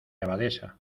abadesa